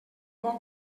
bon